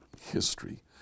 history